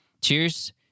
Cheers